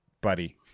buddy